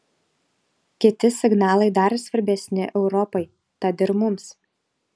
kiti signalai dar svarbesni europai tad ir mums